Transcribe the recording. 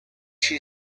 she